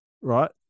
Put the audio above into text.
Right